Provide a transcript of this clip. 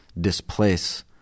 displace